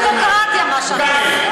זו ממש דמוקרטיה, מה שאתה עושה.